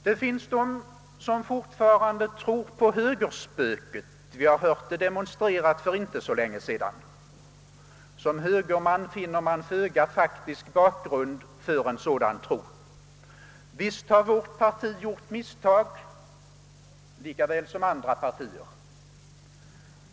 Det finns de som alltjämt tror på högerspöket. Vi hörde det demonstreras för inte så länge sedan. Som högerman finner man föga faktisk bakgrund för en sådan tro. Visst har vårt parti liksom andra partier gjort misstag.